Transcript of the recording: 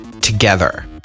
together